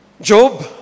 Job